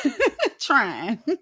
Trying